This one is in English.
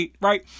right